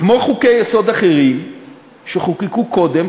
כמו חוקי-יסוד אחרים שחוקקו קודם,